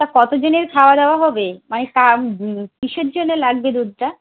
তা কত জনের খাওয়া দাওয়া হবে মানে কা কীসের জন্যে লাগবে দুধটা